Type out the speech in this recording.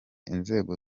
inzego